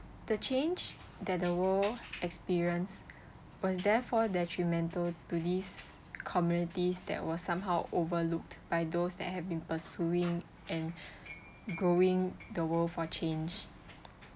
the change that the world experience was therefore detrimental to these communities that was somehow overlooked by those that have been pursuing and growing the world for change